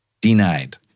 Denied